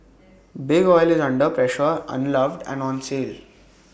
big oil is under pressure unloved and on sale